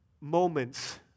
moments